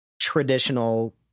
traditional